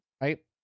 right